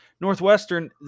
Northwestern